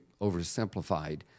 oversimplified